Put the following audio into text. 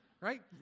right